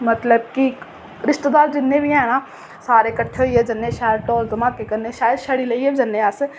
मतलब कि रिश्तेदार जिन्ने बी हैन ना सारे किट्ठे होइयै जन्नै शैल ढोल धमाके कन्नै शैद छड़ी लेइयै बी जन्नै अस